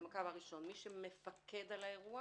מי שמפקד על האירוע